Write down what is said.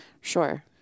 Sure